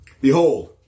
Behold